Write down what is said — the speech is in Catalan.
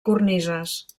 cornises